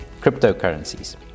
cryptocurrencies